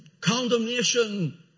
condemnation